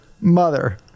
mother